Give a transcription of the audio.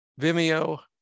Vimeo